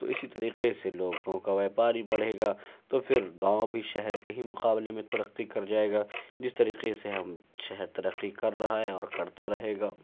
تو اسی طریقے سے لوگوں کا ویاپار بھی بڑھے گا تو پھر گاؤں بھی شہر کے ہی مقابلے میں ترقی کر جائے گا جس طریقے سے ہم شہر ترقی کر رہا ہے اور کرتا رہے گا